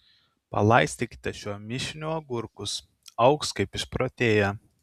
palaistykite šiuo mišiniu agurkus augs kaip išprotėję